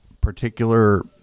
particular